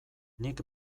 nik